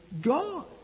God